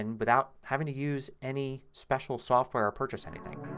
and without having to use any special software or purchase anything.